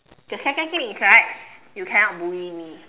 the second thing is right you cannot bully me